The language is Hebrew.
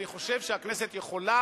אני חושב שהכנסת יכולה